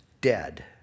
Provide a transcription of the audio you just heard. dead